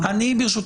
אני רוצה